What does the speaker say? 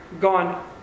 gone